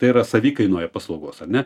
tai yra savikainoje paslaugos ar ne